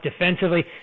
defensively